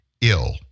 ill